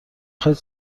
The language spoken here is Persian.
خواید